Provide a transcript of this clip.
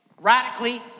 Radically